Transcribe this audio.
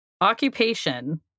Occupation